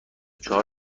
چهار